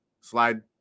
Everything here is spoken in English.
slide